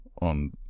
on